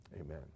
amen